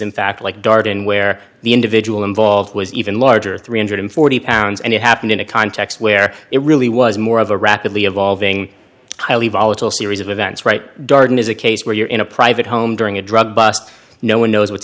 in fact like darden where the individual involved was even larger three hundred and forty pounds and it happened in a context where it really was more of a rapidly evolving highly volatile series of events right darden is a case where you're in a private home during a drug bust no one knows what's